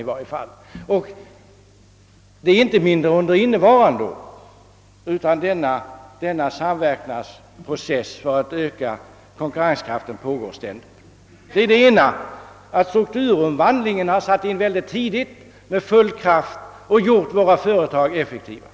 Tendensen har inte heller varit lägre under innevarande år, utan denna samverkansprocess för att öka konkurrenskraften pågår ständigt. En faktor i detta sammanhang är alltså att strukturomvandlingen mycket tidigt satt in med full kraft och gjort våra företag effektiva.